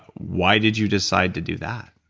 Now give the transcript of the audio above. why did you decide to do that?